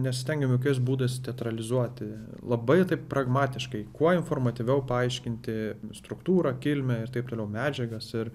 nesistengėm jokiais būdais teatralizuoti labai pragmatiškai kuo informatyviau paaiškinti struktūrą kilmę ir taip toliau medžiagas ir